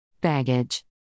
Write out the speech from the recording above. Baggage